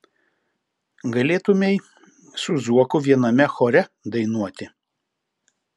galėtumei su zuoku viename chore dainuoti